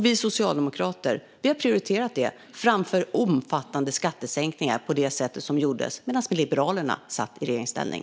Vi socialdemokrater har prioriterat detta framför sådana omfattande skattesänkningar som skedde medan Liberalerna var i regeringsställning.